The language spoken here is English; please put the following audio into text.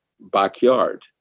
backyard